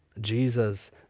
Jesus